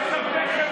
חצוף.